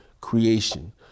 creation